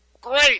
Great